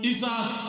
Isaac